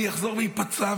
אני אחזור ואפצע.